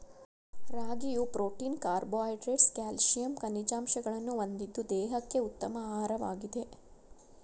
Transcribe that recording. ರಾಗಿಯು protein carbohydrates calcium ಖನಿಜಾಂಶಗಳನ್ನು ಹೊಂದಿದ್ದು ದೇಹಕ್ಕೆ ಉತ್ತಮ ಆಹಾರವಾಗಿದೆ